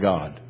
God